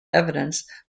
evidence